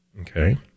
Okay